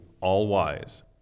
All-Wise